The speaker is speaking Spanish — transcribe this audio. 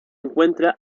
encuentra